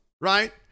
right